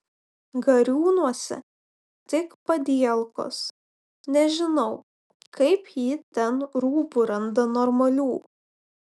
gariūnuose tik padielkos nežinau kaip ji ten rūbų randa normalių